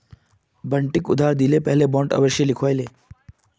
बंटिक उधार दि ल पहले बॉन्ड अवश्य लिखवइ ले